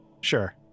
sure